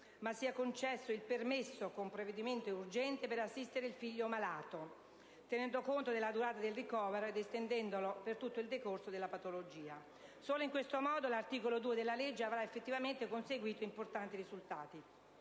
ma sia concesso il permesso, con provvedimento urgente, per assistere il figlio malato, tenendo conto della durata del ricovero ed estendendolo per tutto il decorso della patologia. Solo in questo modo l'articolo 2 del provvedimento avrà effettivamente conseguito risultati